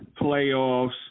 playoffs